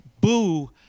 Boo